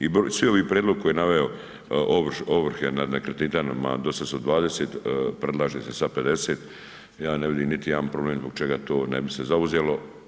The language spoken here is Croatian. I svi ovi prijedlog koji je naveo ovrhe na nekretninama dosad sa 20 predlaže se sad 50, ja ne vidim niti jedan problem zbog čega to ne bi se zauzelo.